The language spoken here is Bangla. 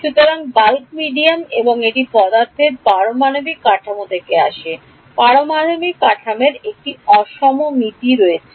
সুতরাং বাল্ক মিডিয়াম এবং এটি পদার্থের পারমাণবিক কাঠামো থেকে আসে পারমাণবিক কাঠামোর একটি অসমমিতি রয়েছে